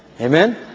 Amen